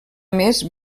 més